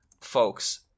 folks –